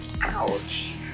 Ouch